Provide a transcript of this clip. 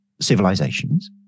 civilizations